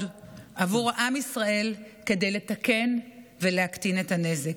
עבור עם ישראל כדי לתקן ולהקטין את הנזק.